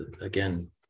again